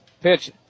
pitch